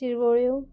शिरवळ्यो